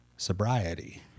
sobriety